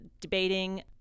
debating